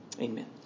Amen